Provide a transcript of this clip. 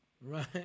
Right